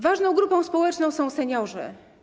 Ważną grupą społeczną są seniorzy.